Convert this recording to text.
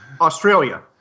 Australia